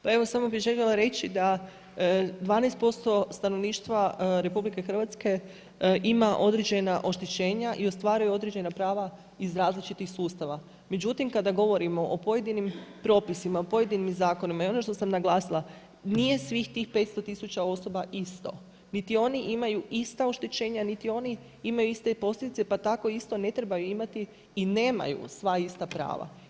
Pa evo samo bih željela reći da 12% stanovništva RH ima određena oštećenja i ostvaruju određena prava iz različitih sustava, međutim kada govorimo o pojedinim propisima, pojedinim zakonima i ono što sam naglasila, nije svih tih 500 tisuća osoba isto niti oni imaju ista oštećenja, niti oni imaju iste posljedice pa tako isto ne trebaju imati i nemaju sva ista prava.